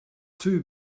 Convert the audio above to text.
too